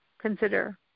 consider